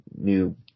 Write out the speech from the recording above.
new